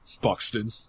Buxton